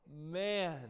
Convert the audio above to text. man